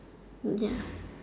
ya